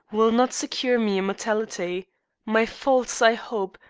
will not secure me immortality my faults, i hope,